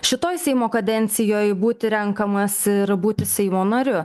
šitoj seimo kadencijoj būti renkamas ir būti seimo nariu